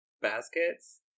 baskets